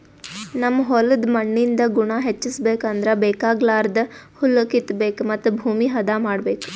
ನಮ್ ಹೋಲ್ದ್ ಮಣ್ಣಿಂದ್ ಗುಣ ಹೆಚಸ್ಬೇಕ್ ಅಂದ್ರ ಬೇಕಾಗಲಾರ್ದ್ ಹುಲ್ಲ ಕಿತ್ತಬೇಕ್ ಮತ್ತ್ ಭೂಮಿ ಹದ ಮಾಡ್ಬೇಕ್